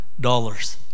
dollars